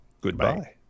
Goodbye